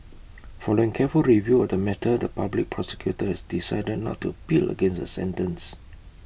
following careful review of the matter the Public Prosecutor has decided not to appeal against the sentence